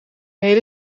hele